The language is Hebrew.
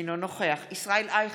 אינו נוכח ישראל אייכלר,